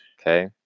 Okay